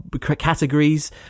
categories